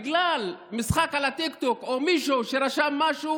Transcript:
בגלל משחק על הטיקטוק או מישהו שרשם משהו